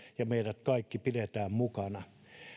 ja meidät kaikki pidetään mukana